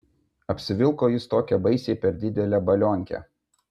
apsivilko jis tokią baisiai per didelę balionkę